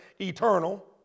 eternal